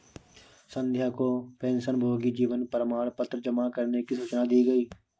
संध्या को पेंशनभोगी जीवन प्रमाण पत्र जमा करने की सूचना दी गई